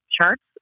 charts